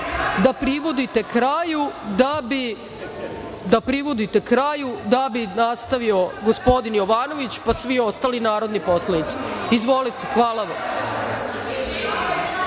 da privodite kraju, da bi nastavio gospodin Jovanović, pa svi ostali narodni poslanici. Izvolite.